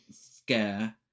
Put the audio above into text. scare